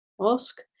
ask